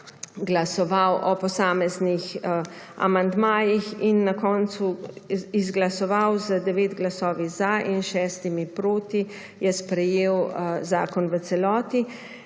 glasoval o posameznih amandmajih in na koncu izglasoval z 9 glasovi za in 6 proti sprejel zakon v celoti.